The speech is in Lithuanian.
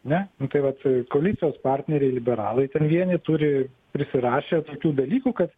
ne nu tai va taip koalicijos partneriai liberalai ten vieni turi prisirašę tokių dalykų kad